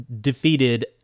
defeated